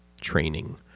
training